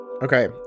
Okay